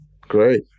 Great